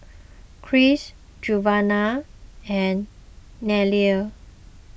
Cris Giovanna and Nelia